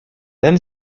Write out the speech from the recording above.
then